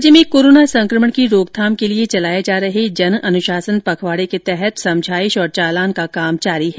राज्य में कोरोना संकमण की रोकथाम के लिए चलाए जा रहे जन अनुशासन पखवाड़े के तहत समझाइश और चालान का काम जारी है